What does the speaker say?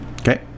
Okay